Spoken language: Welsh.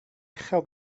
uchel